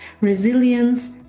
resilience